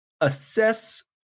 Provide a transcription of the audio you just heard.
assess